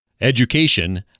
Education